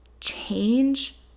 change